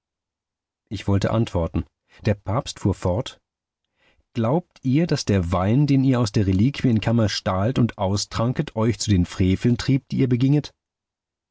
ich wollte antworten der papst fuhr fort glaubt ihr daß der wein den ihr aus der reliquienkammer stahlt und austranket euch zu den freveln trieb die ihr beginget